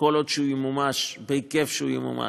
כל עוד הוא ימומש בהיקף שהוא ימומש,